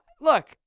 look